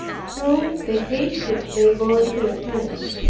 through the hatred they bore to the french.